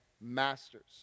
masters